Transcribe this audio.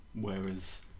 whereas